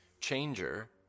changer